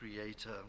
creator